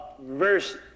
Verse